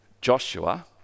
Joshua